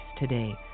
today